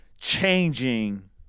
changing